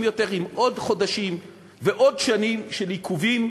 יותר עם עוד חודשים ועוד שנים של עיכובים